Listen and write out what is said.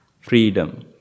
freedom